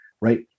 right